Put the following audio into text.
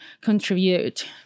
contribute